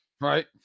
Right